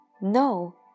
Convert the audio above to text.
No